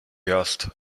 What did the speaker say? juist